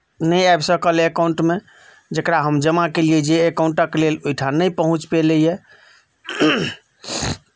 नहि आबि सकल एकाउंट मे जकरा हम जमा केलियै जे एकाउंट क लेल ओहिठाम नहि पहुँच पेलैया